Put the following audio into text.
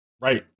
Right